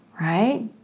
right